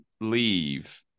leave